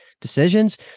decisions